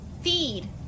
Feed